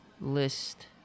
list